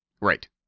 Right